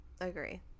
Agree